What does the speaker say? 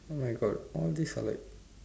oh my god all these are like